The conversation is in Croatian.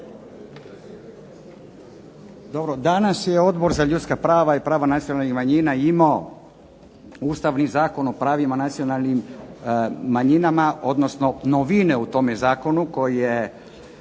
Dobro, danas je Odbor za ljudska prava i prava nacionalnih manjina imao Ustavni zakon o pravima nacionalnim manjinama odnosno novine u tom Zakonu koji je